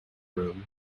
room